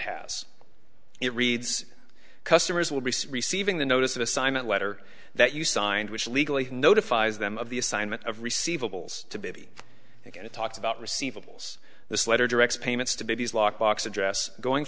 has it reads customers will be receiving the notice of assignment letter that you signed which legally notifies them of the assignment of receivables to baby and it talks about receivables this letter directs payments to baby's lockbox address going